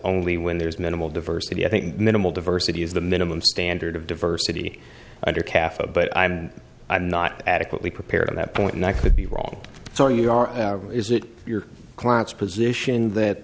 only when there's minimal diversity i think minimal diversity is the minimum standard of diversity under cafe but i'm not adequately prepared on that point and i could be wrong so you are is it your client's position that